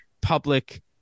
public